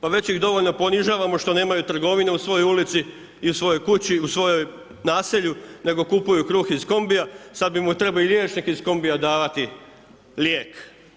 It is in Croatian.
Pa već ih dovoljno ponižavamo što nemaju trgovine u svojoj ulici i u svojoj kući i u svom naselju, nego kupuju kruh iz kombija, sada im trebao i liječnik iz kombija davati lijek.